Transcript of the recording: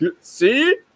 see